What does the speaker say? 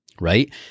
right